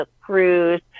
cruise